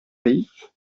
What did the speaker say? pays